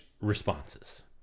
responses